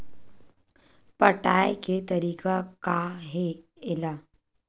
पटाय के तरीका का हे एला?